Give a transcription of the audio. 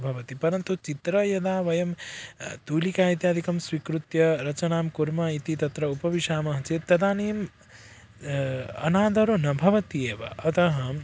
भवति परन्तु चित्राणि यदा वयं तूलिका इत्यादिकं स्वीकृत्य रचनां कुर्मः इति तत्र उपविशामः चेत् तदानीम् अनादरो न भवत्येव अतः